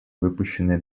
выпущенные